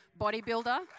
bodybuilder